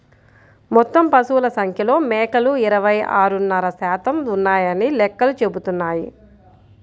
మొత్తం పశువుల సంఖ్యలో మేకలు ఇరవై ఆరున్నర శాతం ఉన్నాయని లెక్కలు చెబుతున్నాయి